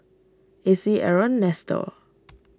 Acy Aron Nestor